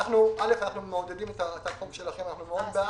אנחנו מעודדים את הצעת החוק הזאת, אנחנו מאוד בעד.